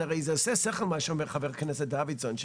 הרי זה עושה שכל מה שאומר חבר הכנסת דוידסון,